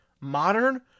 Modern